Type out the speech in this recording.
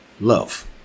love